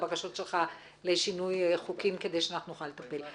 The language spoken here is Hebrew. הבקשות שלך לשינוי חוקים כדי שנוכל לטפל.